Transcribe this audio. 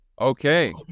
Okay